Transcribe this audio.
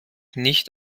nicht